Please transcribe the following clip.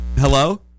Hello